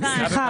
כן.